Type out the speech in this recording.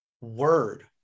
word